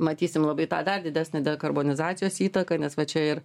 matysim labai tą dar didesnę dekarbonizacijos įtaką nes va čia ir